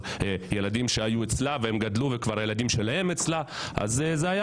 שילדים שהיו אצלה שולחים היום את הילדים שלהם אליה.